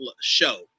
show